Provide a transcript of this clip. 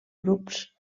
grups